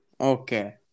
Okay